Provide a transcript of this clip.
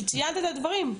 שציינת את הדברים,